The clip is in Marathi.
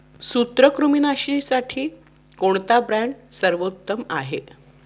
सूत्रकृमिनाशीसाठी कोणता ब्रँड सर्वोत्तम आहे?